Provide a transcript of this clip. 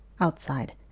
Outside